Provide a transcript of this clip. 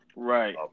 Right